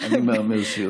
אני מהמר שיותר.